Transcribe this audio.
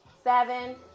seven